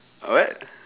what